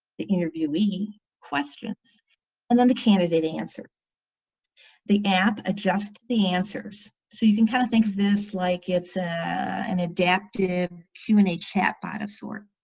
the interviewee, questions and then the candidate answers the app adjust the answers so you can kind of think of this like it's an adaptive human a chat bot of sort